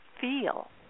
feel